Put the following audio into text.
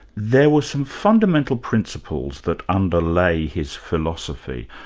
there were some fundamental principles that underlay his philosophy.